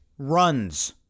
runs